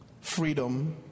freedom